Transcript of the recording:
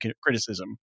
criticism